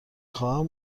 خواهم